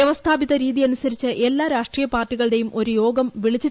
വൃവസ്ഥാപിത രീതിയനൃസരിച്ച് എല്ലാ രാഷ്ട്രീയ പാർട്ടികളുടേയും ഒരു യോഗം വിളിച്ചു